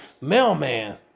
mailman